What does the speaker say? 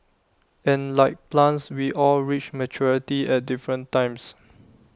and like plants we all reach maturity at different times